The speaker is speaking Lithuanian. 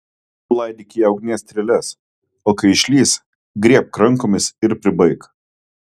laidyk į ją ugnies strėles o kai išlįs griebk rankomis ir pribaik